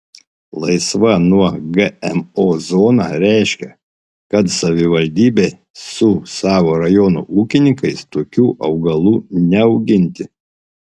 laisva nuo gmo zona reiškia kad savivaldybė su savo rajono ūkininkais tokių augalų neauginti